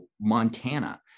Montana